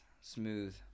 Smooth